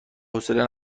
حوصله